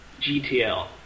GTL